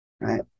right